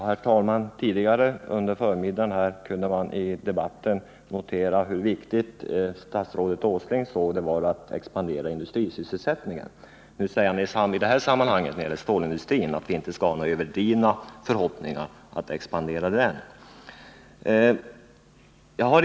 Herr talman! Tidigare under förmiddagen kunde man i debatten notera hur viktigt statsrådet Åsling ansåg det vara att industrisysselsättningen expanderar. Nu säger han dock i det här sammanhanget att när det gäller stålindustrin skall man inte ha några överdrivna förhoppningar om att kunna expandera den.